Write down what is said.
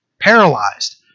paralyzed